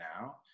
now